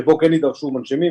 שבו כן יידרשו מנשימים.